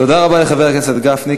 תודה רבה לחבר הכנסת גפני.